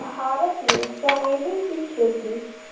भारत में चमेली की खेती